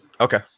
Okay